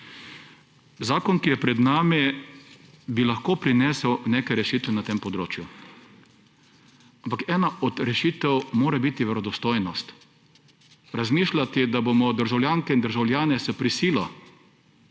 Zakon, ki je pred nami, bi lahko prinesel neke rešitve na tem področju. Ampak ena od rešitev mora biti verodostojnost. Razmišljati, da bomo državljanke in državljane s prisilo